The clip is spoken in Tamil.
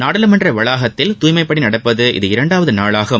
நாடாளுமன்ற வளாகத்தில் தூய்மைப்பணி நடப்பது இது இரண்டாவது நாளாகும்